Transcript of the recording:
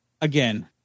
again